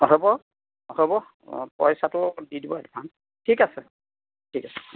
হ'ব হ'ব পইচাটো দি দিব এডভাঞ্চ ঠিক আছে ঠিক আছে